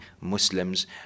Muslims